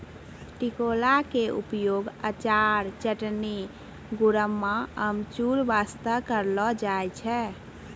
टिकोला के उपयोग अचार, चटनी, गुड़म्बा, अमचूर बास्तॅ करलो जाय छै